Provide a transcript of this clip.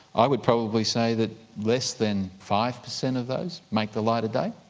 i would probably say that less than five per cent of those make the light of day.